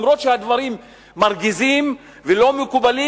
אף-על-פי שהדברים מרגיזים ולא מקובלים